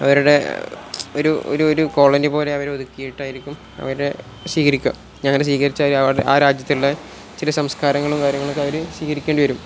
അവരുടെ ഒരു ഒരു ഒരു കോളനി പോലെയൊരു ഒരുക്കിയിട്ടായിരിക്കും അവരെ സ്വീകരിക്കും ഇനിയങ്ങനെ സ്വീകരിച്ചവരുടെ ആ രാജ്യത്തിലുള്ള ചില സംസ്കാരങ്ങളും കാര്യങ്ങളൊക്കെ അവർ സ്വീകരിക്കേണ്ടി വരും